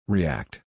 React